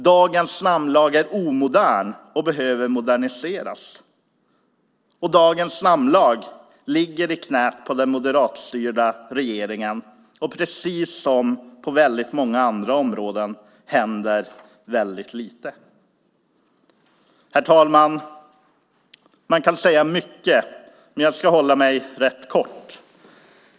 Dagens namnlag är omodern och behöver moderniseras. Dagens namnlag ligger i knät på den moderatstyrda regeringen, och precis som på många andra områden händer väldigt lite. Herr talman! Man kan säga mycket, men jag ska hålla mig rätt kort.